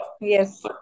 yes